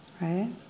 right